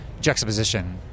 juxtaposition